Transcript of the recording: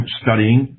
studying